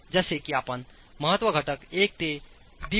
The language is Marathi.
जसे की आपण महत्त्व घटक 1 ते 1